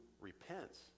repents